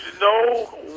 no